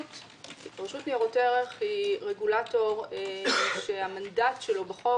רשות ניירות ערך היא רגולטור שהמנדט שלו בחוק